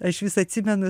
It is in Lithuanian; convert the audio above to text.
aš vis atsimenu